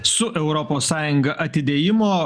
su europos sąjunga atidėjimo